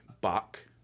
Bach